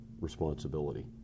responsibility